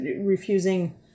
refusing